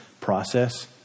process